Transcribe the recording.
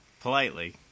Politely